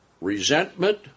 Resentment